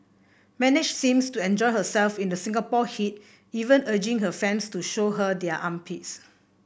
manage seems to enjoy herself in the Singapore heat even urging her fans to show her their armpits